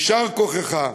יישר כוחך,